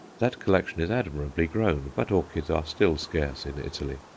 that collection is admirably grown, but orchids are still scarce in italy.